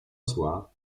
zła